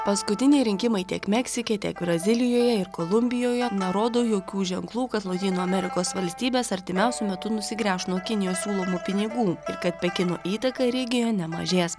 paskutiniai rinkimai tiek meksike tiek brazilijoje ir kolumbijoje nerodo jokių ženklų kad lotynų amerikos valstybės artimiausiu metu nusigręš nuo kinijos siūlomų pinigų ir kad pekino įtaka regione mažės